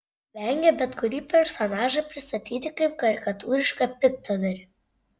vengė bet kurį personažą pristatyti kaip karikatūrišką piktadarį